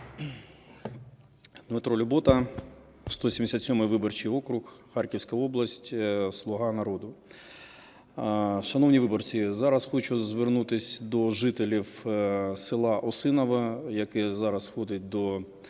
Дмитро Любота, 177 виборчий округ, Харківська область, "Слуга народу". Шановні виборці, зараз хочу звернутись до жителів села Осиново, яке зараз входить до